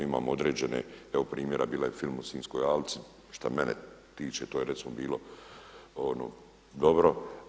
Imamo određene evo primjera bio je film o Sinjskoj alci, šta mene tiče to je recimo bilo dobro.